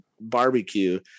barbecue